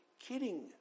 kidding